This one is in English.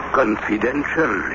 confidential